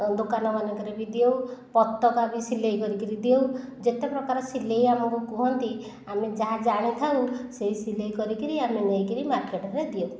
ଦୋକାନ ମାନଙ୍କରେ ବି ଦେଉ ପତକା ବି ସିଲେଇ କରି କରି ଦେଉ ଯେତେ ପ୍ରକାର ସିଲେଇ ଆମକୁ କୁହନ୍ତି ଆମେ ଯାହା ଜାଣିଥାଉ ସେହି ସିଲେଇ କରି କରି ଆମେ ନେଇକରି ମାର୍କେଟରେ ଦେଉ